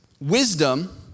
wisdom